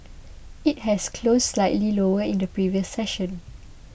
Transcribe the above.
it had closed slightly lower in the previous session